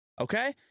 Okay